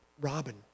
robin